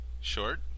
Short